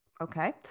okay